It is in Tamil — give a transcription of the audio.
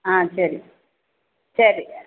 ஆ சரி சரி